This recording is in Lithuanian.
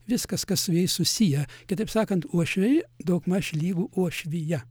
viskas kas su jais susiję kitaip sakant uošviai daugmaž lygu uošvija